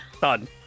Done